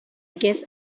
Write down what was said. guess